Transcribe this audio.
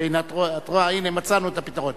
הנה, את רואה, מצאנו את הפתרון.